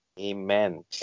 Amen